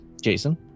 Jason